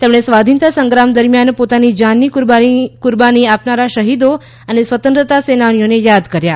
તેમણે સ્વાધિનતા સંગ્રામ દરમિયાન પોતાની જાનની કુરબાની આપનારા શહીદો અને સ્વતંત્રતા સેનાનીઓને યાદ કર્યા